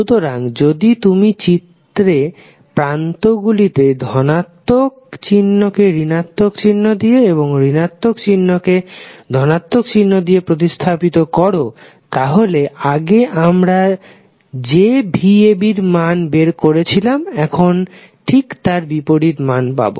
সুতরাং যদি তুমি চিত্রে প্রান্ত গুলিতে ধনাত্মক চিহ্ন কে ঋণাত্মক চিহ্ন দিয়ে এবং ঋণাত্মক চিহ্ন কে ধনাত্মক চিহ্ন দিয়ে প্রতিস্থাপিত করো তাহলে আগে আমরা vab এর যে মান বের করেছিলাম এখন ঠিক তার বিপরীত মান পাবো